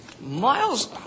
Miles